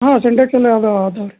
ಹಾಂ ಸಿಂಟೆಕ್ಸ್ ಎಲ್ಲಾ ಅದೆ ಅದವೆ ರೀ